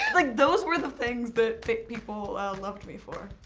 like those were the things that think people loved me for.